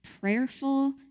prayerful